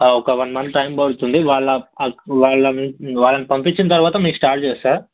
ఒక one month time పడుతుంది వాళ్ళ వాళ్ళని పంపించిన తర్వాత మీకు స్టార్ట్ చేస్తా